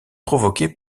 provoqué